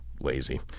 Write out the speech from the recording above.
lazy